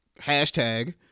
hashtag